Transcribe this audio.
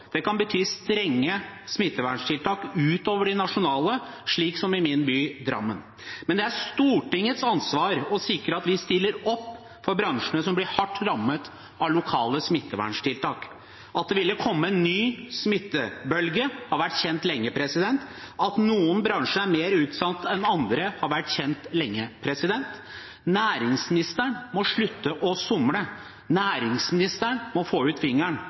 Det kan bety strenge smitteverntiltak utover de nasjonale, slik som i min by, Drammen. Men det er Stortingets ansvar å sikre at vi stiller opp for bransjene som blir hardt rammet av lokale smitteverntiltak. At det ville komme en ny smittebølge, har vært kjent lenge, at noen bransjer er mer utsatt enn andre, har vært kjent lenge. Næringsministeren må slutte å somle. Næringsministeren må få ut fingeren.